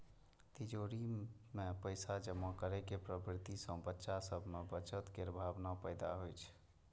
तिजौरी मे पैसा जमा करै के प्रवृत्ति सं बच्चा सभ मे बचत केर भावना पैदा होइ छै